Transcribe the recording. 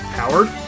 howard